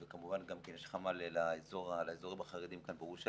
וכמובן גם כן יש חמ"ל לאזורים החרדיים כאן בירושלים.